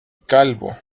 calvo